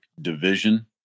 division